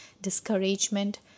discouragement